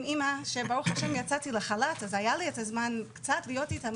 עם אימא שברוך השם יצאתי לחל"ת אז היה לי את הזמן קצת להיות איתם,